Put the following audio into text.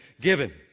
given